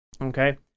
okay